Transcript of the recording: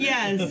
Yes